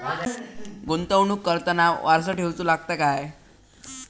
गुंतवणूक करताना वारसा ठेवचो लागता काय?